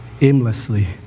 aimlessly